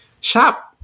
shop